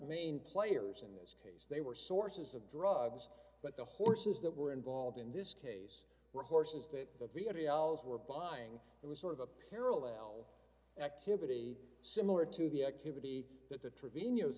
main players in this case they were sources of drugs but the horses that were involved in this case were horses that the theory hours were buying it was sort of a parallel activity similar to the activity that the trevi